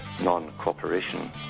non-cooperation